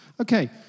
Okay